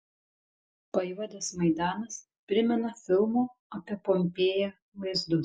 pajuodęs maidanas primena filmo apie pompėją vaizdus